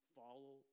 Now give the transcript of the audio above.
follow